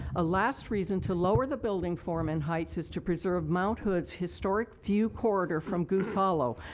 a last reason to lower the building form and heights is to preserve mount hood's historic view corridor from goose ah hollow.